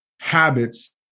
habits